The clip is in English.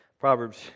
Proverbs